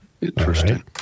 Interesting